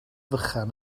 vychan